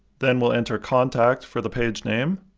then we'll enter contact for the page name.